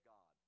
God